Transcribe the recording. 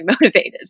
motivated